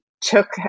took